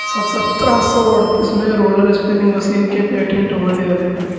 सत्रह सौ अड़तीस में रोलर स्पीनिंग मशीन के पेटेंट होले हलई